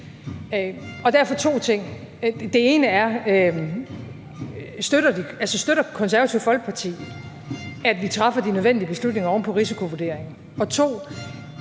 jeg sige to ting. Den ene er: Støtter Det Konservative Folkeparti, at vi træffer de nødvendige beslutninger oven på risikovurderingen? Og den